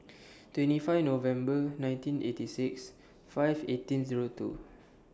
twenty five November nineteen eighty six five eighteen Zero two